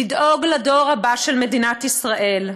לדאוג לדור הבא של מדינת ישראל.